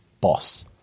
boss